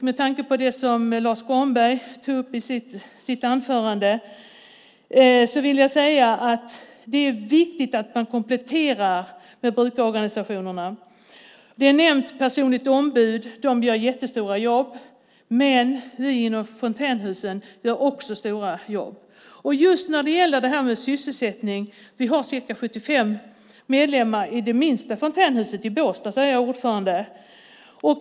Med tanke på det som Lars U Granberg tog upp i sitt anförande vill jag säga att det är viktigt att man kompletterar med brukarorganisationerna. Personligt ombud nämns. De gör jättestora jobb. Vi inom fontänhusen gör också stora jobb. Vi har ca 75 medlemmar i det minsta fontänhuset, i Båstad där jag är ordförande.